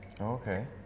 okay